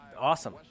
awesome